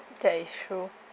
that is true